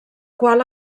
qual